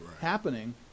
happening